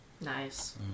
Nice